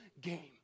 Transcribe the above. game